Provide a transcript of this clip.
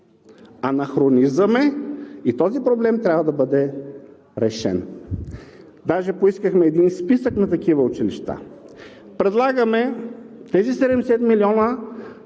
Анахронизъм е и този проблем трябва да бъде решен. Даже поискахме списък на такива училища. Предлагаме тези 70 млн.